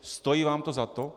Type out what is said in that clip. Stojí vám to za to?